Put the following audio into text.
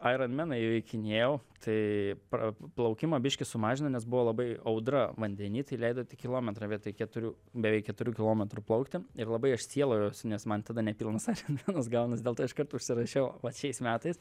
aironmeną įveikinėjau tai pra plaukimą biškį sumažino nes buvo labai audra vandeny tai leido tik kilometrą vietoj keturių beveik keturių kilometrų plaukti ir labai aš sielojuosi nes man tada nepilnas aironmenas gaunas dėl to iškart užsirašiau vat šiais metais